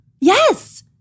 Yes